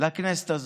לכנסת הזאת,